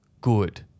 good